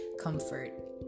comfort